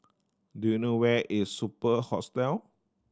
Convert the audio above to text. do you know where is Superb Hostel